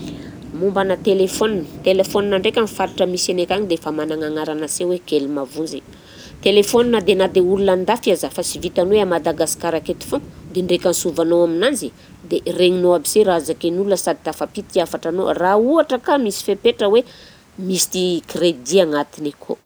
Mombanà telefaonina, telefaonina ndraika any amin'ny faritra misy anay akagny dia efa manana anarana si hoe kely mahavonjy, telefaonina dia na dia olona an-dafy aza fa sy vitany hoe a Madagasikara aketo foagna dia ndraika ansovanao aminanzy dia regninao aby se raha zakain'olona sady tafampity hafatranao raha ohatra ka misy fepetra hoe misy ti- crédit agnatiny akao.